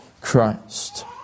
Christ